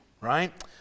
right